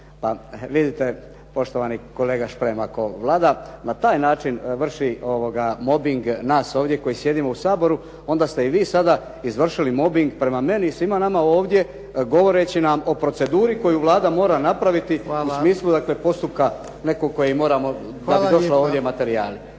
Pa vidite, poštovani kolega Šprem, ako Vlada na taj način vrši mobing nas ovdje koji sjedimo u Saboru onda ste i vi sada izvršili mobing prema meni i svima nama ovdje govoreći nam o proceduri koju Vlada mora napraviti… **Jarnjak, Ivan (HDZ)** Hvala! **Matković, Borislav